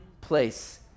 place